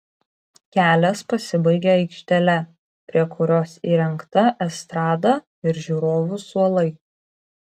kelias pasibaigia aikštele prie kurios įrengta estrada ir žiūrovų suolai